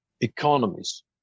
economies